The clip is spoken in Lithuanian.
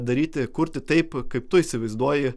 daryti kurti taip kaip tu įsivaizduoji